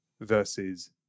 versus